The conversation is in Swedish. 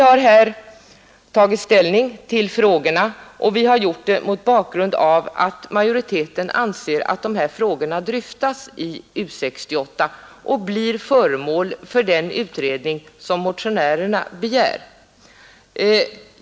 Utskottets ställningstagande får således bedömas mot bakgrund av att majoriteten anser att utbildningsfrågorna dryftas i U 68 och blir föremål för den utredning som motionärerna begärt.